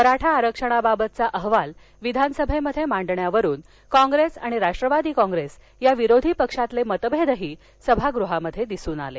मराठा आरक्षणाबाबतचा अहवाल विधानसभेत मांडण्यावरून काँप्रेस आणि राष्ट्रवादी काँप्रेस या विरोधी पक्षांतील मतभेदही सभागृहात दिसून आले